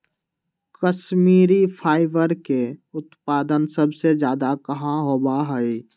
Kashmiri fibre के उत्पादन सबसे ज्यादा कहाँ होबा हई?